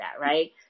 right